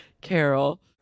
Carol